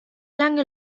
lange